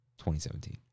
2017